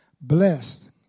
blessed